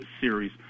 series